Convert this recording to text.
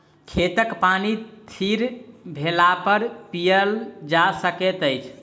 खेतक पानि थीर भेलापर पीयल जा सकैत अछि